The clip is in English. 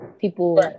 people